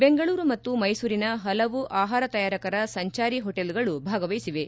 ಬೆಂಗಳೂರು ಮತ್ತು ಮೈಸೂರಿನ ಹಲವು ಆಹಾರ ತಯಾರಕರ ಸಂಜಾರಿ ಹೋಟೆಲ್ಗಳು ಭಾಗವಹಿಸಿವೆ